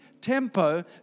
tempo